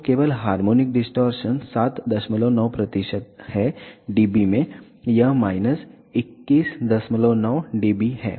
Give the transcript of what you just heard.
तो कुल harmonic distortion 79 प्रतिशत है dB में यह माइनस 219 dB है